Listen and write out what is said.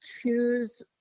choose